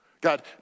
God